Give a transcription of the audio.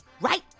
Right